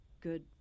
good